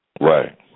Right